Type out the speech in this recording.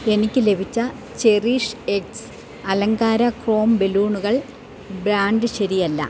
എനിക്ക് ലഭിച്ച cherish X അലങ്കാര ക്രോം ബലൂണുകൾ ബ്രാൻഡ് ശരിയല്ല